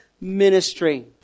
ministry